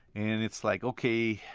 and it's like, ok,